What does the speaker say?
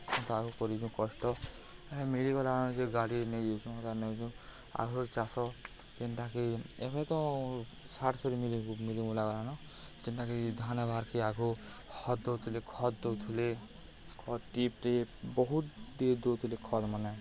ତ ଆଗ କରିଚୁ କଷ୍ଟ ଏବେ ମିଳିଗଲାନ ଯେ ଗାଡ଼ି ନେଇ ଯାଉଚୁଁ ତା ନେଉଚୁ ଆଗ୍ରୁ ଚାଷ୍ ଯେନ୍ଟାକି ଏବେ ତ ସାର୍ ସରି ମିଳି ମିଲି ମୁଲା ଗଲାନ ଯେନ୍ଟାକି ଧାନ୍ ହେବାର୍କି ଆଗ୍ରୁ ଖତ୍ ଦଉଥିଲେ ଖତ୍ ଦଉଥିଲେ ଖତ୍ ଟ୍ରିପ୍ଟେ ବହୁତ୍ ଟେ ଦଉଥିଲେ ଖତ୍ମାନେ